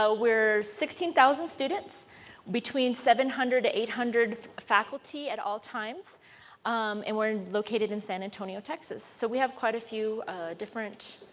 ah we are sixteen thousand students between seven hundred and eight hundred faculty at all times um and we are located in san antonio texas. so we have quite a few different